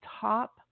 top